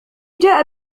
جاء